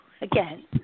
again